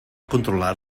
controlar